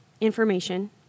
information